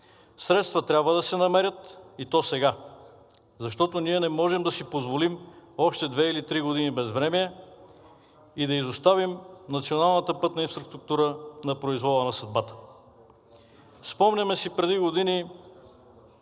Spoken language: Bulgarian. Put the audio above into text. Средства трябва да се намерят, и то сега, защото ние не можем да си позволим още две или три години безвремие и да изоставим националната пътна инфраструктура на произвола на съдбата. Спомняме си преди години